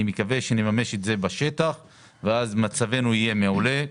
אני מקווה שנממש אותה בשטח ואז מצבנו יהיה מעולה.